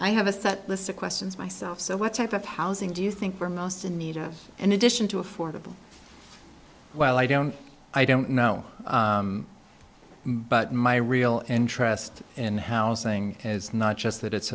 i have a set list of questions myself so what type of housing do you think are most in need of an addition to affordable well i don't i don't know but my real interest in housing is not just that it's